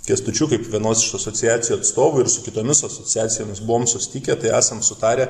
kęstučiu kaip vienos iš asociacijų atstovu ir su kitomis asociacijomis buvom susitikę tai esam sutarę